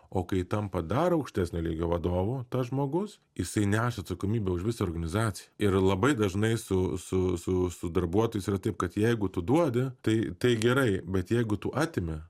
o kai tampa dar aukštesnio lygio vadovu tas žmogus jisai neša atsakomybę už visą organizaciją ir labai dažnai su su su su darbuotojais yra taip kad jeigu tu duodi tai tai gerai bet jeigu tu atimi